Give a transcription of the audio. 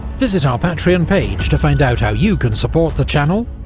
visit our patreon page to find out how you can support the channel,